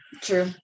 true